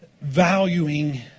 valuing